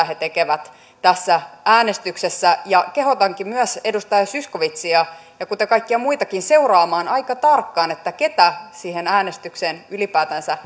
he tekevät tässä äänestyksessä ja kehotankin myös edustaja zyskowicziä kuten kaikkia muitakin seuraamaan aika tarkkaan keitä siihen äänestykseen ylipäätänsä